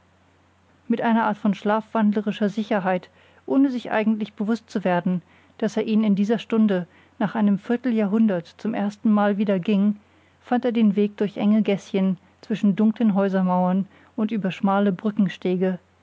mit einer art von schlafwandlerischer sicherheit ohne sich eigentlich bewußt zu werden daß er ihn in dieser stunde nach einem vierteljahrhundert zum ersten male wieder ging fand er den weg durch enge gäßchen zwischen dunklen häusermauern und über schmale